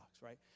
right